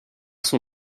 son